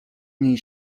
niej